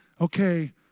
okay